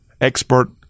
expert